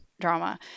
drama